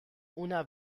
una